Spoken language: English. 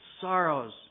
sorrows